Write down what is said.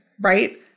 right